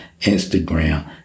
Instagram